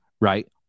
Right